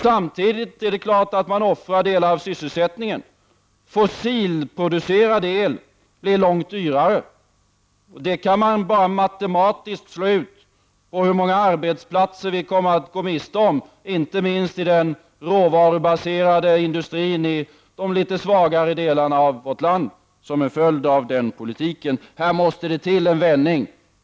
Samtidigt är det uppenbart att man offrar delar av sysselsättningen. Fossilproducerad el blir långt dyrare. Man kan matematiskt räkna ut hur många arbetsplatser vi kommer att gå miste om till följd av den politiken inte minst i den råvarubaserade industrin i de litet svagare delarna av vårt land. Här måste det till en vändning.